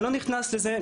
אני לא נכנס לזה.